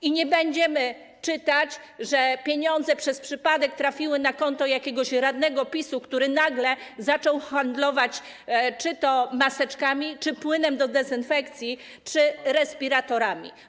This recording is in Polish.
I nie będziemy czytać, że pieniądze przez przypadek trafiły na konto jakiegoś radnego PiS-u, który nagle zaczął handlować czy to maseczkami, czy płynem do dezynfekcji, czy respiratorami.